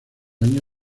año